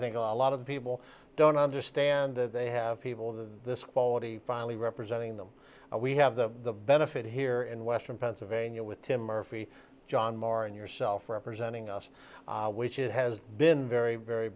think a lot of the people don't understand that they have people of the quality finally representing them and we have the benefit here in western pennsylvania with tim murphy john moore and yourself representing us which it has been very very